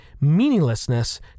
Meaninglessness